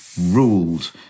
ruled